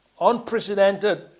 unprecedented